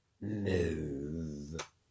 Move